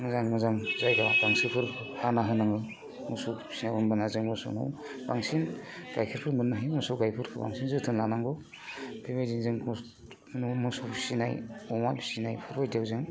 मोजां मोजां जायगा गांसोफोर हाना होनांगौ होमब्लाना जों मोसौनि बांसिन गाइखेरखौ मोननो हायो मोसौ गाइखौ बांसिन जोथोन लानांगौ बेबायदिनो जों मोसौ फिनाय अमा फिनाय बेफोरबायदियाव जों